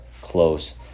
close